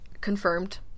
confirmed